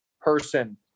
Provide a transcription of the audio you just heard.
person